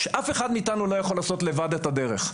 אף אחד מאתנו לא יכול לעשות לבד את הדרך.